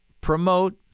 promote